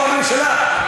או הממשלה,